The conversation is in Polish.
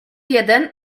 jeden